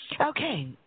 Okay